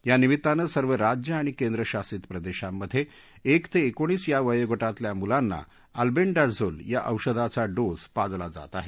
या निमित्तानं सर्व राज्य आणि केंद्रशासित प्रदेशांमध्ये एक ते एकोणीस या वयोगटातल्या मुलांना अल्बेंडाझोल या औषधाचा डोसा पाजला जात आहे